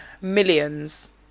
millions